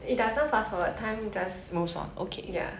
it doesn't fast forward time does~ yah